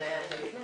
נסיעה